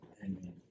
Amen